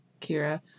Kira